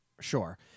Sure